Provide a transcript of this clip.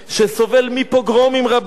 שסובל מפוגרומים רבים,